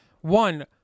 One